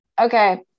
okay